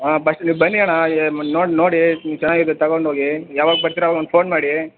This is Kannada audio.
ಹಾಂ ಪಸ್ಟ್ ನೀವು ಬನ್ನಿ ಅಣ್ಣ ನೋಡಿ ನೋಡಿ ಚೆನ್ನಾಗಿದ್ರೆ ತೊಗೊಂಡೋಗಿ ಯಾವಾಗ ಬರ್ತೀರ ಅವಾಗೊಂದು ಫೋನ್ ಮಾಡಿ